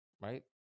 right